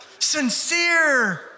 Sincere